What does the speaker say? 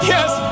Yes